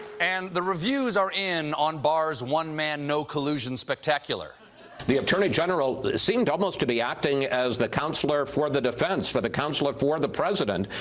and the reviews are in on barr's one man no collusion spectacular the attorney general seemed almost to be acting as the counselor for the defense, for the counselor for the president,